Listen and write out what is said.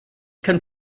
can